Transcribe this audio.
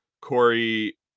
Corey